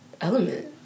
element